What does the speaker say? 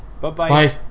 Bye-bye